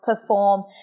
perform